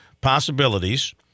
possibilities